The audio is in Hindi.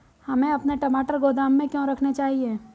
हमें अपने टमाटर गोदाम में क्यों रखने चाहिए?